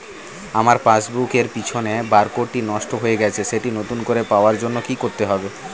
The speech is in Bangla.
আমার পাসবুক এর পিছনে বারকোডটি নষ্ট হয়ে গেছে সেটি নতুন করে পাওয়ার জন্য কি করতে হবে?